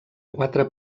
quatre